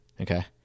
Okay